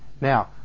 Now